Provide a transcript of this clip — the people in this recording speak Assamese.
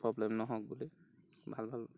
প্ৰব্লেম নহওক বুলি ভাল ভাল